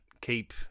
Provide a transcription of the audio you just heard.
keep